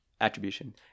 attribution